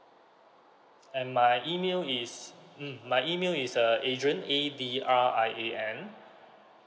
and my email is mm my email is uh adrian A D R I A N